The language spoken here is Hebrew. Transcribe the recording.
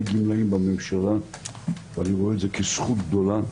גמלאים בממשלה ואני רואה את זה כזכות גדולה,